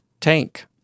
Tank